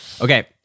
Okay